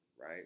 right